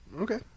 Okay